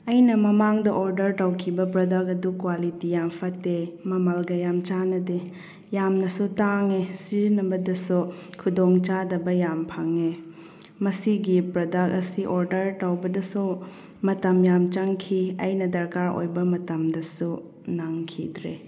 ꯑꯩꯅ ꯃꯃꯥꯡꯗ ꯑꯣꯔꯗꯔ ꯇꯧꯈꯤꯕ ꯄ꯭ꯔꯗꯛ ꯑꯗꯨ ꯀ꯭ꯋꯥꯂꯤꯇꯤ ꯌꯥꯝ ꯐꯠꯇꯦ ꯃꯃꯜꯒ ꯌꯥꯝ ꯆꯟꯅꯗꯦ ꯌꯥꯝꯅꯁꯨ ꯇꯥꯡꯉꯦ ꯁꯤꯖꯤꯟꯅꯕꯗꯁꯨ ꯈꯨꯗꯣꯡ ꯆꯥꯗꯕ ꯌꯥꯝ ꯐꯪꯉꯦ ꯃꯁꯤꯒꯤ ꯄ꯭ꯔꯗꯛ ꯑꯁꯤ ꯑꯣꯔꯗꯔ ꯇꯧꯕꯗꯁꯨ ꯃꯇꯝ ꯌꯥꯝ ꯆꯪꯈꯤ ꯑꯩꯅ ꯗꯔꯀꯥꯔ ꯑꯣꯏꯕ ꯃꯇꯝꯗꯁꯨ ꯅꯪꯈꯤꯗ꯭ꯔꯦ